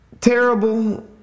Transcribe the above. terrible